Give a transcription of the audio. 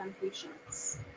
patients